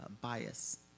bias